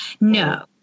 No